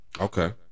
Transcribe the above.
Okay